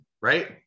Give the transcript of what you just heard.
right